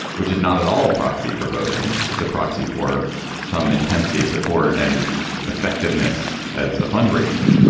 which is not at all a proxy for voting. it's a proxy for some intensity of support and effectiveness as a fundraiser.